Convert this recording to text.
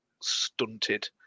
stunted